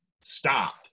stop